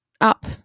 up